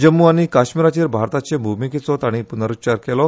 जम्मू आनी काश्मीराचेर भारताचे भूमिकेचो तांणी पूनरूच्चार केलो